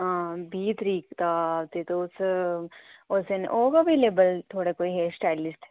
बीह् तरीक दा जदूं तुस उस दिन होग अवेलएबल थुहाड़ा कोई स्टाइलिश